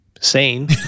sane